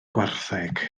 gwartheg